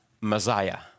Messiah